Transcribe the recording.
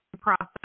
process